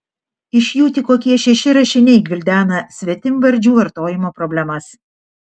iš jų tik kokie šeši rašiniai gvildena svetimvardžių vartojimo problemas